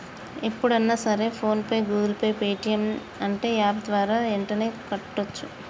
ఎప్పుడన్నా సరే PhonePe Google Pay Paytm అంటే యాప్ ద్వారా యెంటనే కట్టోచ్చు